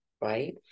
right